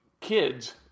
kids